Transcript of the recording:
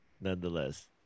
nonetheless